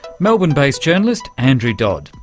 melbourne based journalist andrew dodd.